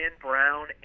Brown